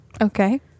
Okay